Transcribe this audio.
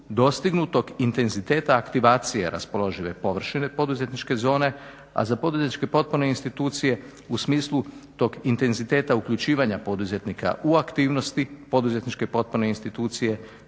dostignutog intenziteta aktivacije raspoložive površine poduzetničke zone, a za poduzetničke potporne institucije u smislu tog intenziteta uključivanja poduzetnika u aktivnosti poduzetničke potporne institucije